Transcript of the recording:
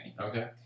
Okay